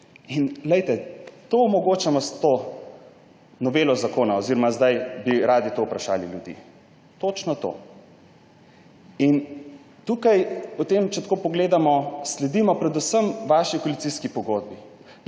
In, glejte, to omogočam s to novelo zakona oziroma zdaj bi radi to vprašali ljudi, točno to. In tukaj potem, če tako pogledamo, sledimo predvsem vaši koalicijski pogodbi.